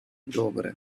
добре